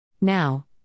Now